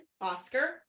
Oscar